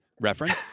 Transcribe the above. reference